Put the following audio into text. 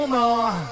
more